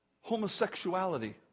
homosexuality